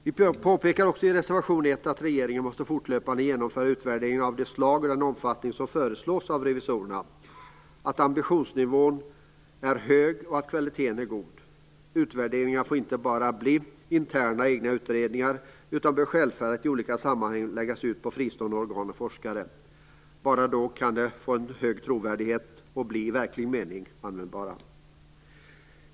Vi påpekar också i reservation nr 1 att regeringen fortlöpande måste genomföra utvärderingar av det slag och i den omfattning som föreslås av revisorerna. Ambitionsnivån skall vara hög och kvaliteten skall vara god. Utvärderingar för inte bara bli interna utredningar utan bör självfallet läggas ut på fristående organ och forskare. Bara då kan de få hög trovärdighet och bli i verklig mening användbara.